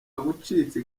yagucitse